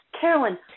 Carolyn